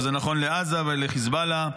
וזה נכון לעזה ולחיזבאללה.